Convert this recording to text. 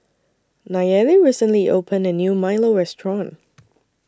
Nayeli recently opened A New Milo Restaurant